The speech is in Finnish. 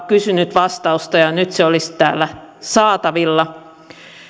kysynyt vastausta ja nyt se olisi täällä saatavilla